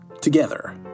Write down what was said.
together